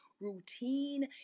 routine